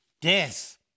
death